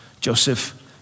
Joseph